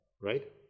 right